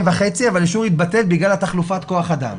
וחצי אבל האישור התבטל בגלל תחלופת כוח אדם.